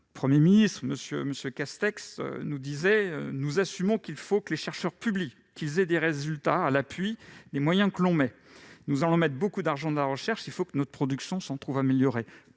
Premier ministre, M. Castex :« Nous assumons qu'il faut que les chercheurs publient, qu'ils aient des résultats à l'appui des moyens que l'on met. Nous allons mettre beaucoup de moyens dans la recherche, il faut que notre production s'en trouve améliorée. »